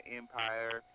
empire